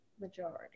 Majority